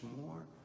more